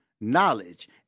knowledge